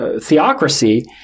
theocracy